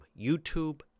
YouTube